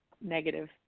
negative